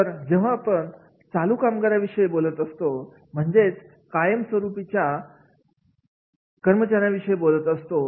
तर जेव्हा आपण जातू कामगारांविषयी बोलत असतो म्हणजेच कायमस्वरूपी च्या कर्मचाऱ्या विषयी बोलत असतो